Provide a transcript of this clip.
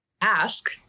ask